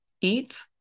eat